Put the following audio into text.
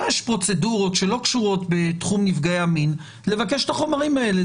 יש פרוצדורות שלא קשורות בתחום נפגעי המין לבקש את החומרים האלה.